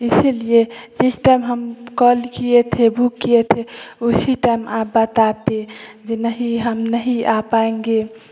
इसलिए सिस्टम हम कल किये थे बुक किये थे उसी टाइम आप बताते जे नहीं हम नहीं आ पाएँगे